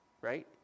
right